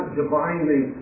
divinely